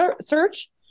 search